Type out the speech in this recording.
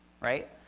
right